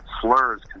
slurs